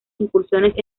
incursiones